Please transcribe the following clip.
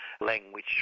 language